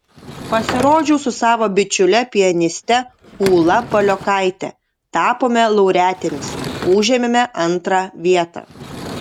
pasirodžiau su savo bičiule pianiste ūla paliokaite tapome laureatėmis užėmėme antrą vietą